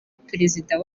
perezida